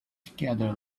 together